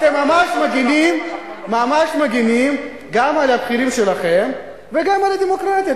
אתם ממש מגינים גם על הבכירים שלכם וגם על הדמוקרטיה.